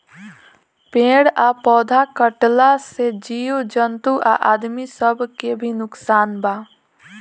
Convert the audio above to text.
पेड़ आ पौधा कटला से जीव जंतु आ आदमी सब के भी नुकसान बा